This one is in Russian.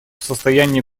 состояние